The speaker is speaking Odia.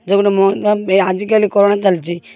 ଯେଉଁଦିନ ଆଜିକାଲି କରନା ଚାଲିଛି